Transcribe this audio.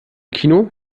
kino